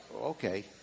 okay